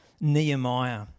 Nehemiah